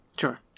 Sure